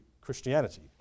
Christianity